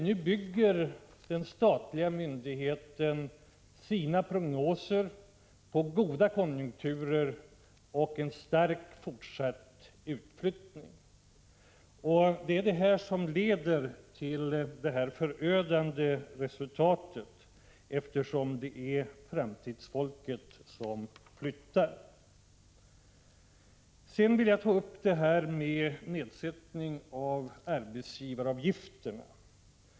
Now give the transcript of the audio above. Nu bygger den statliga myndigheten sina prognoser på grundval av goda konjunkturer och en fortsatt stark utflyttning. Det är detta som leder till det här förödande resultatet. Det är ju framtidsfolket som flyttar. Sedan vill jag säga någonting om nedsättningen av arbetsgivaravgifterna.